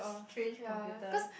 change computer